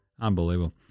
Unbelievable